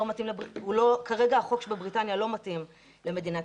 כרגע החוק בבריטניה לא מתאים למדינת